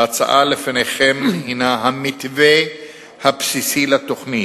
ההצעה שלפניכם הינה המתווה הבסיסי לתוכנית.